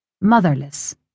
Motherless